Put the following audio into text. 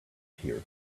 here